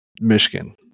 Michigan